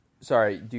sorry